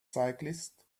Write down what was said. cyclists